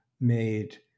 made